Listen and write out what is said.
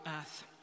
earth